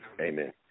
Amen